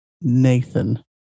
Nathan